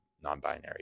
non-binary